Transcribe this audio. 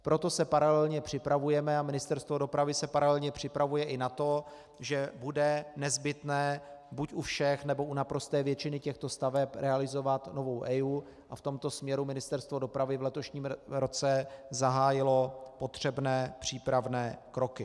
Proto se paralelně připravujeme, a Ministerstvo dopravy, i na to, že bude nezbytné buď u všech, nebo u naprosté většiny těchto staveb realizovat novou EIA, a v tomto směru Ministerstvo dopravy v letošním roce zahájilo potřebné přípravné kroky.